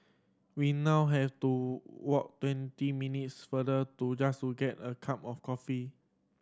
we now have to walk twenty minutes farther do just to get a cup of coffee